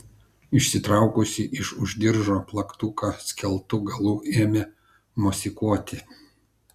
išsitraukusi iš už diržo plaktuką skeltu galu ėmė mosikuoti